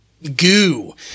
goo